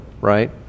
Right